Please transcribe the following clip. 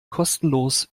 kostenlos